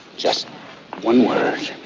just one word.